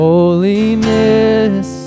Holiness